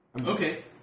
Okay